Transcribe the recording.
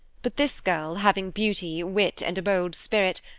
but this girl, having beauty, wit and a bold spirit,